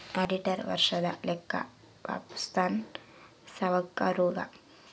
auditor ವರ್ಷದ ಲೆಕ್ಕ ವಪ್ಪುಸ್ತಾನ ಸಾವ್ಕರುಗಾ